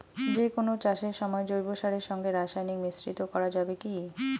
যে কোন চাষের সময় জৈব সারের সঙ্গে রাসায়নিক মিশ্রিত করা যাবে কি?